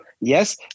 yes